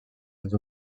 dels